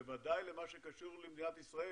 ודאי למה שקשור למדינת ישראל,